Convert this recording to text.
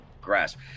grasp